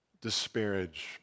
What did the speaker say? disparage